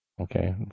Okay